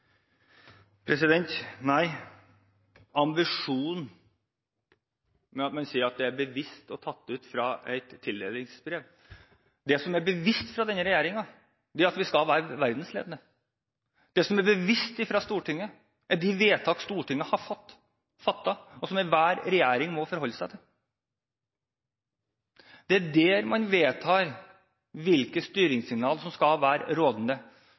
Man sier at ambisjonen bevisst er tatt ut av tildelingsbrevet. Det som er bevisst fra denne regjeringen, er at vi skal være verdensledende. Det som er bevisst fra Stortinget, er de vedtak Stortinget har fattet, og som enhver regjering må forholde seg til. Det er der man vedtar hvilke styringssignal som skal være rådende.